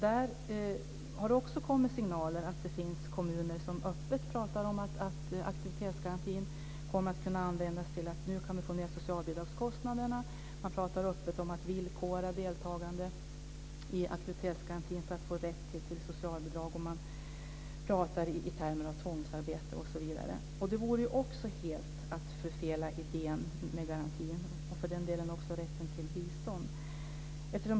Där har det också kommit signaler om att ett finns kommuner som öppet pratar om att aktivitetsgarantin kommer att kunna användas till att få ned socialbidragskostnaderna. Man pratar öppet om att villkora deltagande i aktivitetsgarantin för att få rätt till socialbidrag. Man pratar i termer av tvångsarbete osv. Det vore också helt att förfela idén med garantin, och för den delen också rätten till bistånd.